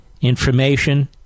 information